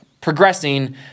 progressing